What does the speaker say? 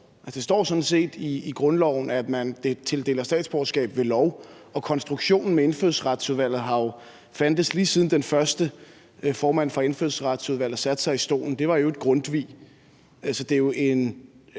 set i grundloven, at man tildeler statsborgerskab ved lov. Konstruktionen med Indfødsretsudvalget har jo fandtes, lige siden den første formand for Indfødsretsudvalget satte sig